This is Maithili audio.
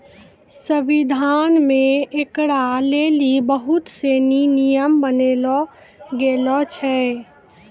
संविधान मे ऐकरा लेली बहुत सनी नियम बनैलो गेलो छै